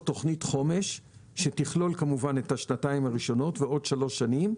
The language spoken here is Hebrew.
תוכנית חומש שתכלול את השנתיים הראשונות ועוד שלוש שנים,